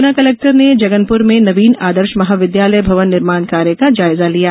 गुना collector ने जगनपुर में नवीन आदर्श महाविद्यालय भवन निर्माण कार्य का जायजा लिया